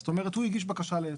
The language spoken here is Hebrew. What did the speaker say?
זאת אומרת, הוא הגיש בקשה להיתר.